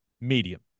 medium